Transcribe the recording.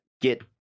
get